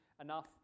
enough